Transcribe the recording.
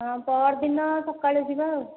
ହଁ ପଅରଦିନ ସକାଳୁ ଯିବା ଆଉ